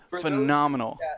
phenomenal